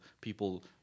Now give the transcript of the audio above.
people